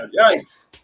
Yikes